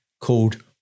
called